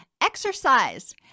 Exercise